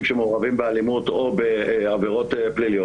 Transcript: שמעורבים באלימות או בעבירות פליליות,